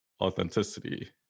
authenticity